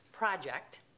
project